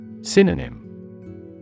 Synonym